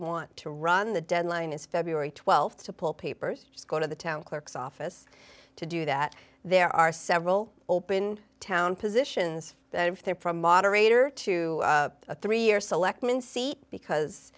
want to run the deadline is february th to pull papers just go to the town clerk's office to do that there are several open town positions that if they're from moderator to a three year selectman seat because